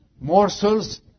morsels